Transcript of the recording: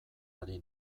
ari